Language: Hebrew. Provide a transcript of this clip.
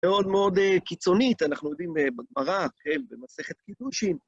מאוד מאוד קיצונית, אנחנו לומדים בגמרא, במסכת קידושין.